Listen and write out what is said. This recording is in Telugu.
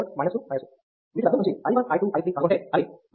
వీటి I R 1V లబ్దం నుంచి i 1 i 2 i 3 కనుగొంటే అవి 0